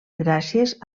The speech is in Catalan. gràcies